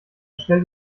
stellt